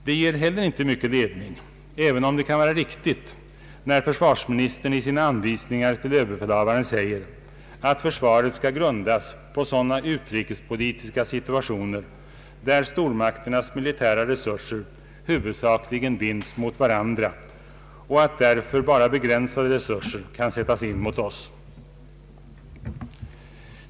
Det ger heller inte mycket ledning, även om det kan vara riktigt, när försvarsministern i sina anvisningar till ÖB säger att försvaret skall grundas på sådana utrikespolitiska situationer där stormakternas militära resurser huvudsakligen binds mot varandra och att därför bara begränsade resurser kan sättas in mot oss.